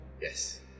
Yes